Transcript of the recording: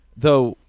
though,